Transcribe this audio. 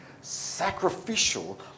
sacrificial